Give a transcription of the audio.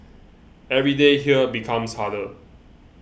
every day here becomes harder